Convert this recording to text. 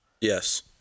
Yes